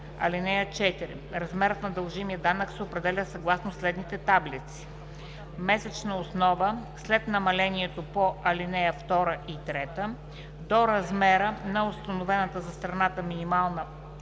„(4) Размерът на дължимия данък се определя съгласно следната таблица: Месечна данъчна основа след намаленията по ал. 2 и 3. До размера на установената за страната минимална